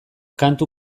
kantu